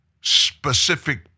specific